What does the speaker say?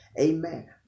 Amen